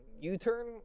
U-turn